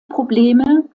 probleme